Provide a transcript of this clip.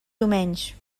domenys